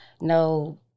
no